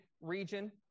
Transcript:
region